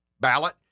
ballot